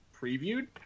previewed